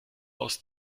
aus